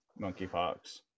monkeypox